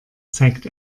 zeigt